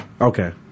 Okay